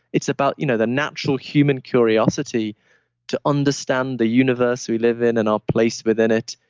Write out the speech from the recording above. it's about you know the natural human curiosity to understand the universe we live in and our place within it.